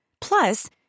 Plus